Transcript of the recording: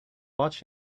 watch